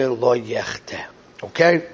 Okay